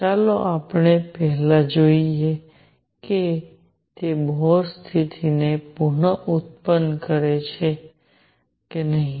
ચાલો આપણે પહેલા જોઈએ કે તે બોહર સ્થિતિને પુનઃઉત્પન્ન કરે છે કે નહીં